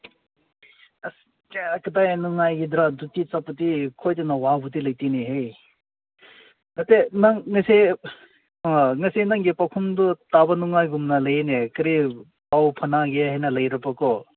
ꯑꯁ ꯑꯥ ꯀꯗꯥꯏ ꯅꯨꯡꯉꯥꯏꯒꯗ꯭ꯔꯥ ꯗ꯭ꯌꯨꯇꯤ ꯆꯠꯄꯗꯤ ꯑꯩꯈꯣꯏꯗꯧꯅ ꯋꯥꯕꯗꯤ ꯂꯩꯇꯦꯅꯦꯍꯦ ꯅꯠꯇꯦ ꯅꯪ ꯉꯁꯤ ꯑꯥ ꯉꯁꯤ ꯅꯪꯒꯤ ꯄꯥꯎꯈꯨꯝꯗꯨ ꯇꯥꯕ ꯅꯨꯡꯉꯥꯏꯒꯨꯝꯅ ꯂꯩꯌꯦꯅꯦ ꯀꯔꯤ ꯄꯥꯎ ꯐꯥꯎꯅꯒꯦ ꯍꯥꯏꯅ ꯂꯩꯔꯕꯀꯣ